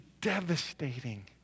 devastating